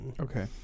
Okay